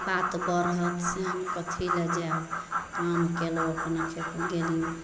बात बढ़त से हम कथी लए जायब काम केलहुॅं अपना खेत गेलहुॅं